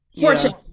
Fortune